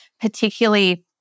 particularly